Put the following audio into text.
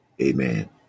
Amen